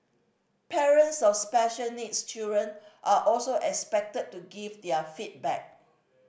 parents of special needs children are also expected to give their feedback